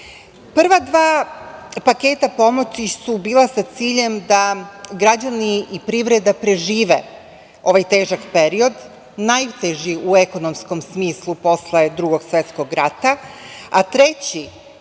nosi. Prva dva paketa pomoći su bila sa ciljem da građani i privreda prežive ovaj težak period, najteži u ekonomskom smislu posle Drugog svetskog rata,